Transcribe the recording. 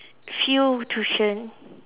few tuition